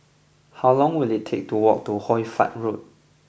how long will it take to walk to Hoy Fatt Road